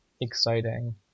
exciting